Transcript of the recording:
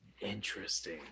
interesting